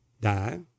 die